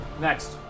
Next